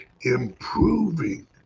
improving